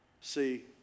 See